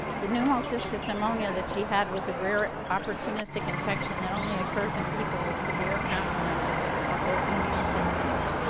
the pneumocystis pneumonia that she had was a rare opportunistic infection that only occurs in people with severe compromise of of their immune systems.